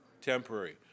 Temporary